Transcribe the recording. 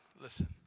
listen